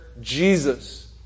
Jesus